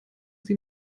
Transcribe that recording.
sie